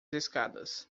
escadas